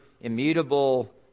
immutable